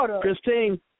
Christine